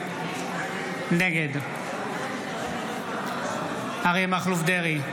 נגד אריה מכלוף דרעי,